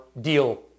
deal